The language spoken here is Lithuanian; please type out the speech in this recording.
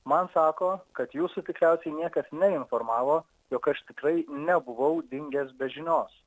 man sako kad jūsų tikriausiai niekas neinformavo jog aš tikrai nebuvau dingęs be žinios